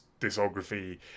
discography